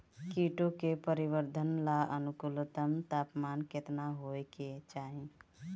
कीटो के परिवरर्धन ला अनुकूलतम तापमान केतना होए के चाही?